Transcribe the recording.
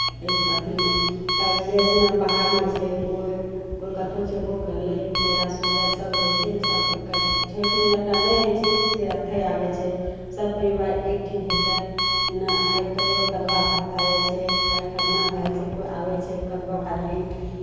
ई अथीमे तब जैसे ने बाहरमे छै कोइ कोइ कतहु छयबो कयलै नहिरा ससुरारि सभ रहै छै सभ एक छठिमे जकरा नहि होइ छै से एतहि आबै छै सभ परिवार एकठिन होय कऽ जेना आइ कहियो कदुआ भात भए जाइ छै काल्हि खरना भए जाइ छै कोइ आबै छै कदुआ भात दिन